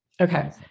okay